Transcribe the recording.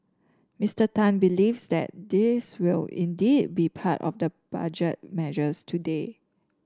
Mister Tan believes that these will indeed be part of the Budget measures today